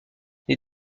les